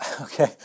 Okay